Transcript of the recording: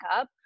up